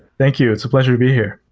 thank you. it's a pleasure to be here.